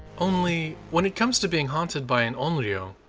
only when it comes to being haunted by an onryo,